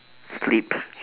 sleep